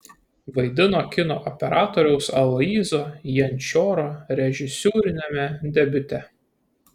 vaidino kino operatoriaus aloyzo jančioro režisūriniame debiute